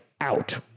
out